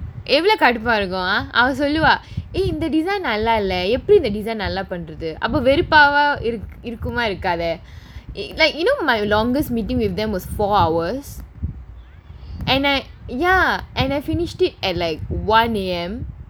எவ்வளவு கடுப்பா இருக்கும்:evvalavu kaduppaa irukkum ah அவ சொல்லுவா:ava solluvaa !yay! இந்த:intha design நல்லா இல்ல எப்படி இந்த:nallaa illa eppadi intha design நல்லா பண்றது அப்ப வெறுப்பாவா இருக்கு இருக்குமா இருக்காதா:nallaa pandrathu appe veruppaavaa irukku irukkumaa irukkaatha like you know my longest meeting with them was four hours and I ya and I finished it at like one A_M